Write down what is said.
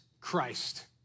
Christ